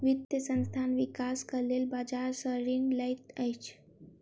वित्तीय संस्थान, विकासक लेल बजार सॅ ऋण लैत अछि